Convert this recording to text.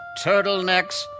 turtlenecks